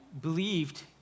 believed